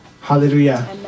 Hallelujah